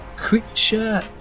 Creature